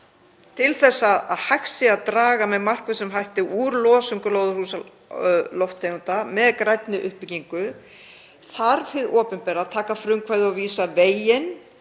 Til að hægt sé að draga með markvissum hætti úr losun gróðurhúsalofttegunda með grænni uppbyggingu þarf hið opinbera að taka frumkvæðið og vísa veginn.